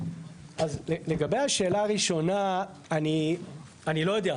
אז לגבי השאלה הראשונה, אני לא יודע.